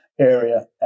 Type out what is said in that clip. area